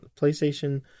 PlayStation